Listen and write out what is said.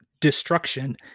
destruction